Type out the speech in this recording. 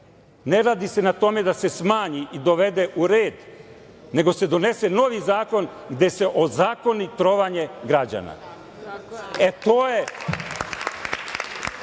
ne radi se na tome da se smanji i dovede u red, nego se donese novi zakon, gde se ozakoni trovanje građana. I sada